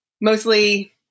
mostly